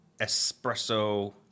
espresso